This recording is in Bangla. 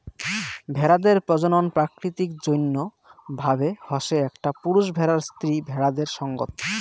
ভেড়াদের প্রজনন প্রাকৃতিক জইন্য ভাবে হসে একটা পুরুষ ভেড়ার স্ত্রী ভেড়াদের সঙ্গত